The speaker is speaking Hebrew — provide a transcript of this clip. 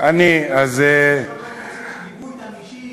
גם אישי,